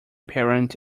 parent